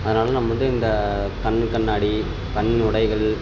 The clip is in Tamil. அதனால் நம்ம வந்து இந்த கண் கண்ணாடி கண் உடைகள்